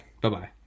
Bye-bye